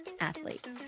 athletes